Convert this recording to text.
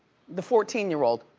the fourteen year old.